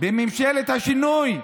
ממשלת השינוי,